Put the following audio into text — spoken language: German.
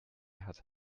hat